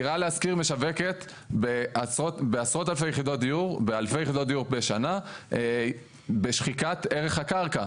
דירה להשכיר משווקת באלפי יחידות דיור בשנה בשחיקת ערך הקרקע.